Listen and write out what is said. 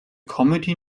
comedy